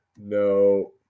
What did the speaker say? No